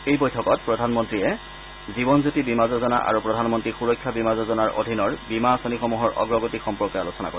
এই বৈঠকত শ্ৰীমোদীয়ে প্ৰধানমন্ত্ৰী জীৱন জ্যোতি বীমা যোজনা আৰু প্ৰধানমন্ত্ৰী সূৰক্ষা বীমা যোজনাৰ অধীনৰ বীমা আঁচনিসমূহৰ অগ্ৰগতি সম্পৰ্কে আলোচনা কৰে